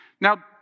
Now